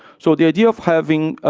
so the idea of having